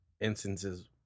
instances